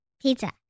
Pizza